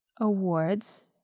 Awards